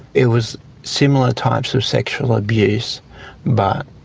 it was similar types of sexual abuse but